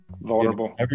vulnerable